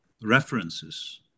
references